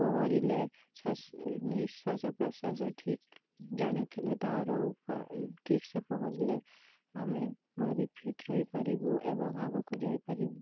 ପହଁରିଲେ ନିଶ୍ୱାସ ପ୍ରଶ୍ୱାସ ଠିକ୍ ଜାଣିଥିଲେ ତା'ର ଠିକ୍ସେ ପହଁରିଲେ ଆମେ ଭାରି ଫିଟ୍ ରହିପାରିବୁ ଏବଂ ଆଗକୁ ଯାଇପାରିବୁ